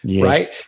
Right